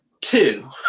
two